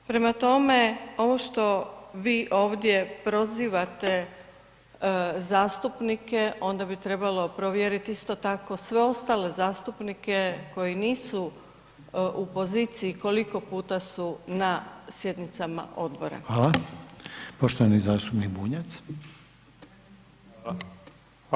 Prema tome, ovo što vi ovdje prozivate zastupnike, onda bi trebalo provjeriti isto tako sve ostale zastupnike koji nisu u poziciji koliko puta su na sjednicama odbora.